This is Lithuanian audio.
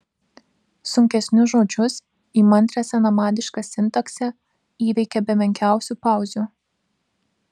sunkesnius žodžius įmantrią senamadišką sintaksę įveikė be menkiausių pauzių